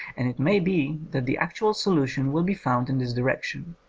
and it may be that the actual solution will be found in this direction.